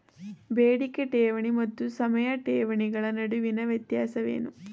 ಬೇಡಿಕೆ ಠೇವಣಿ ಮತ್ತು ಸಮಯ ಠೇವಣಿಗಳ ನಡುವಿನ ವ್ಯತ್ಯಾಸವೇನು?